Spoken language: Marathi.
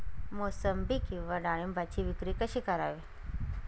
मोसंबी किंवा डाळिंबाची विक्री कशी करावी?